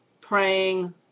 praying